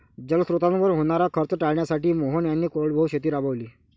जलस्रोतांवर होणारा खर्च टाळण्यासाठी मोहन यांनी कोरडवाहू शेती राबवली